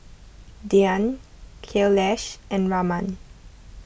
Dhyan Kailash and Raman